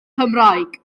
cymraeg